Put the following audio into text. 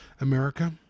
America